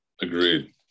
Agreed